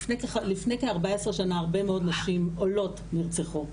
לפני כ-14 שנה הרבה מאוד נשים עולות נרצחו.